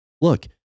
look